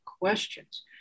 questions